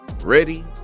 ready